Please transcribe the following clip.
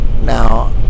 Now